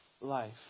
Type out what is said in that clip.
life